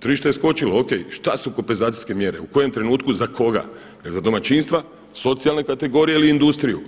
tržište je skočilo o.k., šta su kompenzacijske mjere u kojem trenutku za koga, jel za domaćinstva, socijalne kategorije ili industriju.